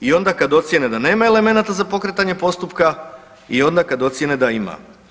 I onda kad ocjene da nema elemenata za pokretanje postupka i onda kad ocjene da ima.